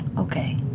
okay,